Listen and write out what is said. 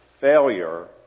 failure